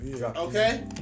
Okay